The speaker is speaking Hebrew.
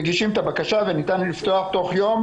מגישים את הבקשה וניתן לפתוח תוך יום